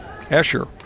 Escher